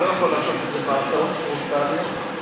אתה לא יכול לעשות את זה בהרצאות פרונטליות בלבד,